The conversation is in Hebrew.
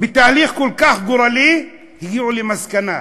בתהליך כל כך גורלי הגיעו למסקנה,